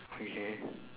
okay